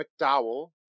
McDowell